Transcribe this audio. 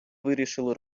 вирішили